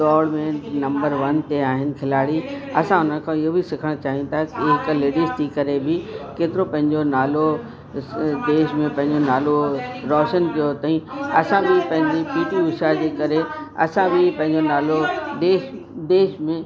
डोड़ में number one ते आहिनि खिलाड़ी असां हुन खां इहो बि सिखण चाहींदासि कि हिक लेडीस थी करे बि केतिरो पंहिंजो नालो देश में पंहिंजो नालो रोशनु कयो अथेई असां बि पंहिंजी पी टी उषा जे करे असां बि पंहिंजो नालो देश विदेश में